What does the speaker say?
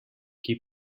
qui